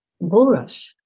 bulrush